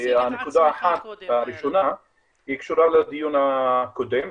הנקודה הראשונה קשורה לדיון הקודם.